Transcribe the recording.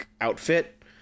outfit